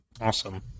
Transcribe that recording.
Awesome